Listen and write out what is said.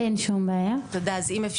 להלן תרגומם: אין שום בעיה.) חגית